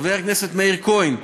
חבר הכנסת מאיר כהן,